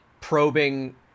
probing